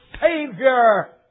Savior